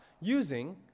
using